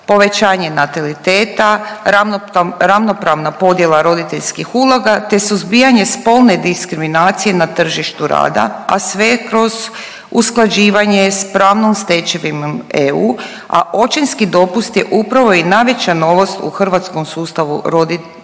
povećanje nataliteta, ravnopravna podjela roditeljskih ulog te suzbijanje spolne diskriminacije na tržištu rada, a sve kroz usklađivanje s pravnom stečevinom EU, a očinski dopust je upravo i najveća novost u hrvatskom sustavu rodiljnih